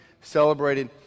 celebrated